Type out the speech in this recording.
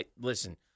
listen